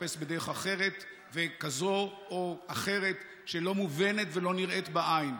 והתחפש בדרך כזאת או אחרת שלא מובנת ולא נראית בעין.